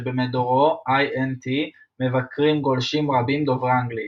שבמדורו /INT/ מבקרים גולשים רבים דוברי אנגלית.